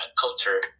culture